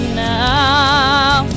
now